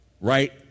right